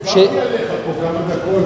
דיברתי עליך פה כמה דקות,